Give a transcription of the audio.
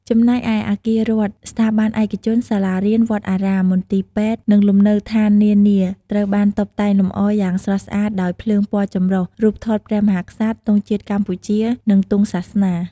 ចំណែកឯ អាគាររដ្ឋ ស្ថាប័នឯកជន សាលារៀន វត្តអារាម មន្ទីរពេទ្យ និងលំនៅដ្ឋាននានា ត្រូវបានតុបតែងលម្អយ៉ាងស្រស់ស្អាតដោយ ភ្លើងពណ៌ចម្រុះ រូបថតព្រះមហាក្សត្រ ទង់ជាតិកម្ពុជា និងទង់សាសនា។